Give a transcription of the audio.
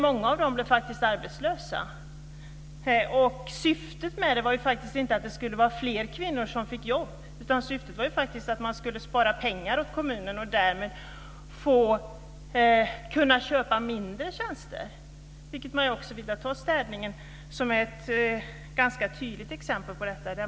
Många av dem blev faktiskt arbetslösa. Syftet var faktiskt inte att fler kvinnor skulle få jobb, utan syftet var faktiskt att man skulle spara pengar åt kommunen och därmed kunna köpa färre tjänster. Man kan ta städningen som ett ganska tydligt exempel på detta.